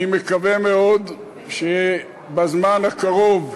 אני מקווה מאוד שבזמן הקרוב,